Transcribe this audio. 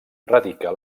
radica